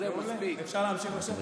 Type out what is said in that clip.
קצינים במדינת ישראל לא יוכלו לטוס לחו"ל,